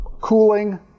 cooling